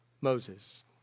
Moses